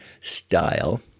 style